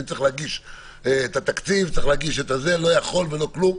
אני צריך להגיש את התקציב, לא יכול ולא כלום.